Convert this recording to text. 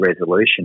resolution